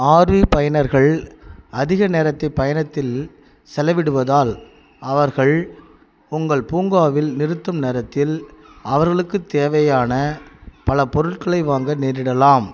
RV பயனர்கள் அதிகம் நேரத்தை பயணத்தில் செலவிடுவதால் அவர்கள் உங்கள் பூங்காவில் நிறுத்தும் நேரத்தில் அவர்களுக்கு தேவையான பல பொருட்களை வாங்க நேரிடலாம்